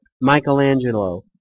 michelangelo